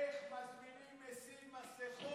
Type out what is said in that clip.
איך מזמינים מסכות מסין?